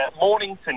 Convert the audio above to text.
Mornington